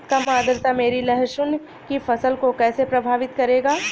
कम आर्द्रता मेरी लहसुन की फसल को कैसे प्रभावित करेगा?